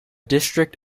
district